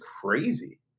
crazy